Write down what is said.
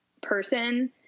person